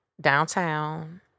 downtown